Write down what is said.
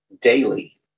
daily